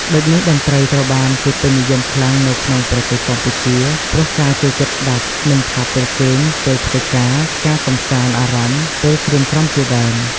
ដូចនេះតន្រ្តីត្រូវបានពេញនិយមខ្លាំងនៅក្នុងប្រទេសកម្ពុជា ព្រោះការចូលចិត្តស្តាប់មិនថាពេលគេង ពេលធ្វើការ ការកម្សាន្តអារម្មណ៍ ពេលក្រៀមក្រំជាដើម។